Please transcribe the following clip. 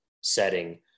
setting